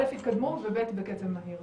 א' יתקדמו וב' בקצב מהיר.